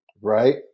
right